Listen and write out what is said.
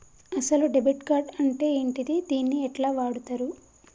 అసలు debit card అంటే ఏంటిది? దీన్ని ఎట్ల వాడుతరు?